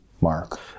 mark